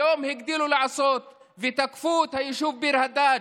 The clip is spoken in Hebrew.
היום הגדילו לעשות ותקפו את היישוב ביר הדאג'.